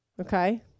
Okay